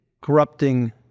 corrupting